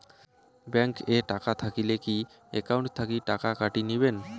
Bank এ টাকা থাকিলে কি একাউন্ট থাকি টাকা কাটি নিবেন?